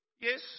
Yes